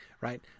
right